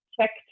checked